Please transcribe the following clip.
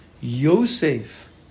Yosef